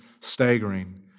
staggering